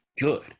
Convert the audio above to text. good